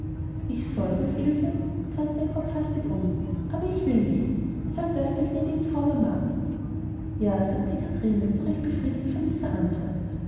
ich soll rief ilse und wandte den kopf hastig herum aber ich will nicht sag das der gnädigen frau mama ja sagte kathrine so recht befriedigt von dieser antwort